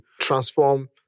transform